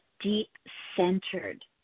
deep-centered